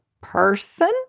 person